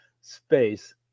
space